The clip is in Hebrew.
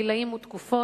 גילאים ותקופות.